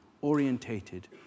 orientated